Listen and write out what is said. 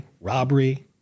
Robbery